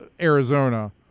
Arizona